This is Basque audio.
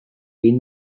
egin